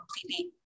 completely